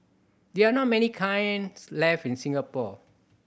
there are not many kilns left in Singapore